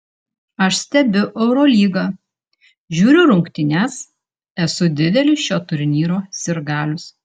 aš stebiu eurolygą žiūriu rungtynes esu didelis šio turnyro sirgalius